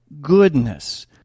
Goodness